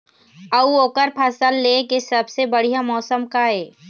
अऊ ओकर फसल लेय के सबसे बढ़िया मौसम का ये?